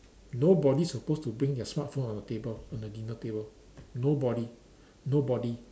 nobody supposed to bring their smartphone on the table on the dinner table nobody nobody